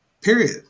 Period